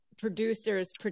producers